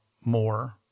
more